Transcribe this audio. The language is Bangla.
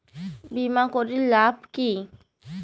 বিমা করির লাভ কি?